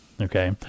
Okay